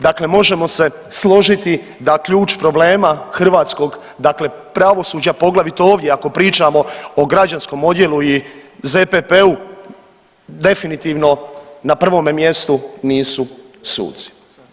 Dakle možemo se složiti da ključ problema hrvatskog dakle pravosuđa poglavito ovdje ako pričamo o građanskom odjelu i ZPP-u definitivno na prvome mjestu nisu suci.